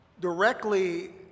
Directly